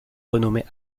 renommé